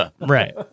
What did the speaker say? Right